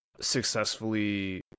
successfully